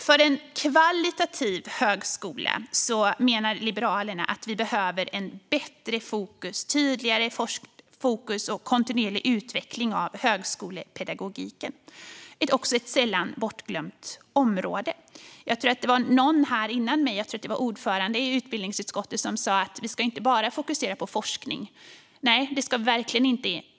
För en högkvalitativ högskola menar Liberalerna att vi behöver tydligare fokus på och kontinuerlig utveckling av högskolepedagogiken. Det är också ett inte sällan bortglömt område. Någon här före mig här i talarstolen - jag tror att det var ordföranden i utbildningsutskottet - sa att vi inte bara ska fokusera på forskning. Nej, det ska vi verkligen inte.